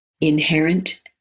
inherent